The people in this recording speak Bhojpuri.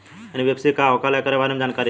एन.बी.एफ.सी का होला ऐकरा बारे मे जानकारी चाही?